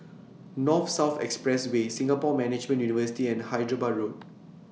North South Expressway Singapore Management University and Hyderabad Road